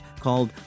called